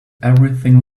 everything